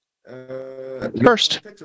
First